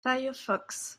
firefox